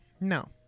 No